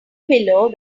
pillow